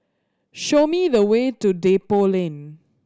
show me the way to Depot Lane